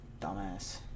dumbass